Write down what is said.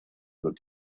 that